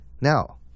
Now